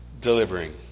delivering